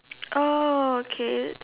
oh okay